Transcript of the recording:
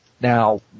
Now